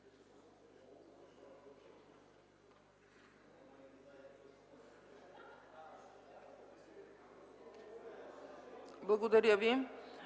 Благодаря ви